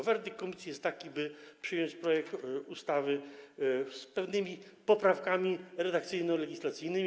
Werdykt komisji jest taki, żeby przyjąć projekt ustawy z pewnymi poprawkami redakcyjno-legislacyjnymi.